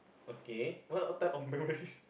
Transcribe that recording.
okay well a type of memories